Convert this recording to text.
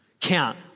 count